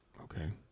Okay